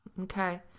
Okay